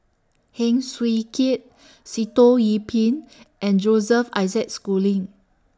Heng Swee Keat Sitoh Yih Pin and Joseph Isaac Schooling